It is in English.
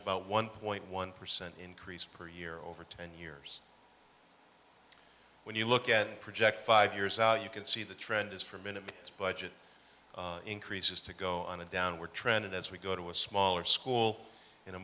about one point one percent increase per year over ten years when you look at the project five years out you can see the trend is for minimal budget increases to go on a downward trend and as we go to a smaller school in a